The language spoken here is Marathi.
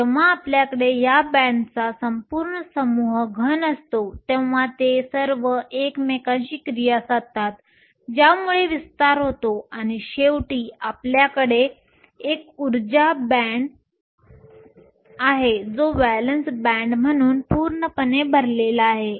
जेव्हा आपल्याकडे या बॅण्डचा संपूर्ण समूह घन असतो तेव्हा ते सर्व एकमेकांशी क्रिया साधतात ज्यामुळे विस्तार होतो आणि शेवटी आपल्याकडे एक उर्जा बॅण्ड आहे जो व्हॅलेन्स बॅण्ड म्हणून पूर्णपणे भरलेला आहे